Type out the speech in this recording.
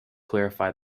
clarify